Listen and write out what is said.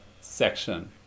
section